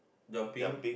dumpling